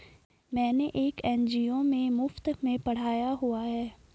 मैंने एक एन.जी.ओ में मुफ़्त में पढ़ाया हुआ है